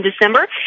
December